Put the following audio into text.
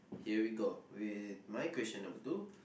here we go we my question number two